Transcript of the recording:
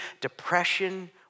depression